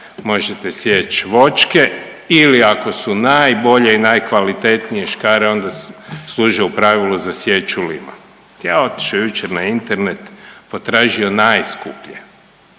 možete sjeći voćke ili ako su najbolje i najkvalitetnije škare onda služe u pravilu sa sječu lima. Ja otišao jučer na Internet potražio najskuplje